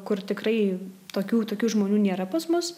kur tikrai tokių tokių žmonių nėra pas mus